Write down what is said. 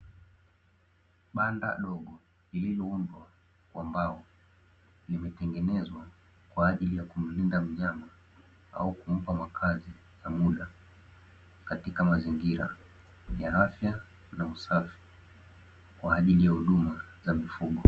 Banda dogo lililoundwa kwa mbao, limetengenezwa kwa ajili ya kumlinda mnyama au kumpa makazi ya muda katika mazingira ya afya na usafi, kwa ajili ya huduma za mifugo.